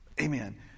Amen